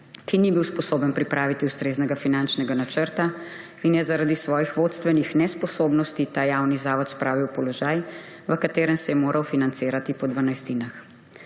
ki ni bil sposoben pripraviti ustreznega finančnega načrta in je zaradi svojih vodstvenih nesposobnosti ta javni zavod spravil v položaj, v katerem se je moral financirati po dvanajstinah.